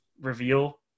reveal